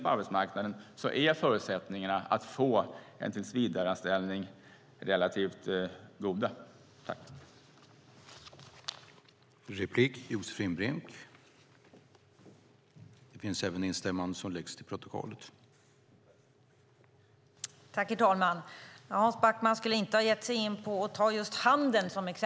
Det är ändå ett tecken på att förutsättningarna för att få en tillsvidareanställning är relativt goda för dem som är inne på arbetsmarknaden.